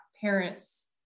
parents